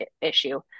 issue